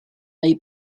neu